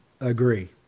Agree